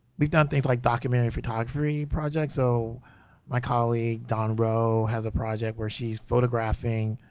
we've done things like documentary photography project. so my colleague don row has a project where she's photographing